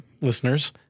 listeners